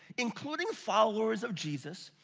including followers of jesus,